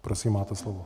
Prosím, máte slovo.